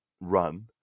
run